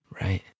Right